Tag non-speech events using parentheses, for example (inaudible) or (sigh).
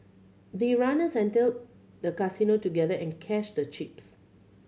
the runners (unintelligible) the casino together and cashed the chips